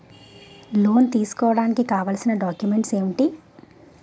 Loan తీసుకోడానికి కావాల్సిన documents ఎంటి?